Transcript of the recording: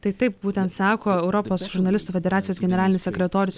tai taip būtent sako europos žurnalistų federacijos generalinis sekretorius